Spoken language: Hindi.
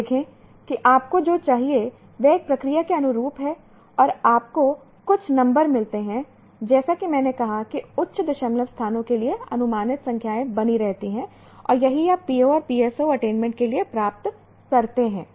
देखें कि आपको जो चाहिए वह एक प्रक्रिया के अनुरूप है और आपको कुछ नंबर मिलते हैं जैसा कि मैंने कहा है कि उच्च दशमलव स्थानों के लिए अनुमानित संख्याएँ बनी रहती हैं और यही आप PO और PSO अटेनमेंट के लिए प्राप्त करते हैं